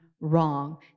wrong